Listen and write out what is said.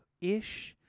ish